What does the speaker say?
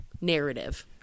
narrative